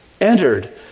entered